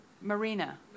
Marina